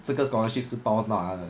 这个 scholarship 是包到完的